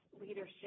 leadership